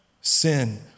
sin